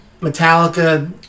Metallica